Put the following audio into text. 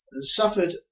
suffered